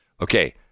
okay